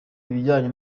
ibijyanye